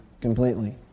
completely